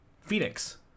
Phoenix